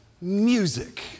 music